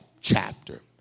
chapter